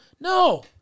no